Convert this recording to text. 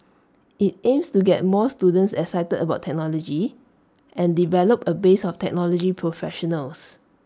IT aims to get more students excited about technology and develop A base of technology professionals